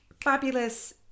fabulous